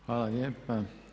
Hvala lijepa.